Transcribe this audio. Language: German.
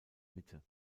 mitte